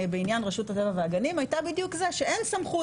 בעניין רשות הטבע והגנים הייתה בדיוק זה שאין סמכות.